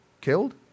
killed